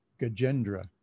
Gajendra